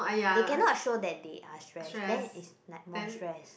they cannot show that they are stress then it's like more stress